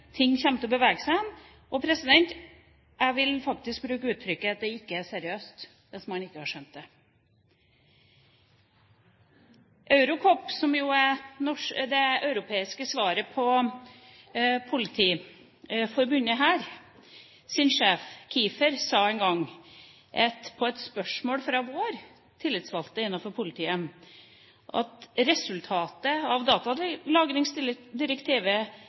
ting kommer til å bevege seg hen. Jeg vil faktisk uttrykke det sånn at det ikke er seriøst, hvis man ikke har skjønt det. Sjefen for EuroCOP, det europeiske svaret på Politiets Fellesforbund, Kiefer, svarte en gang på et spørsmål fra vår tillitsvalgte innenfor politiet, at resultatet av